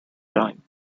time